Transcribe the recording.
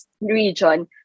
region